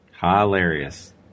Hilarious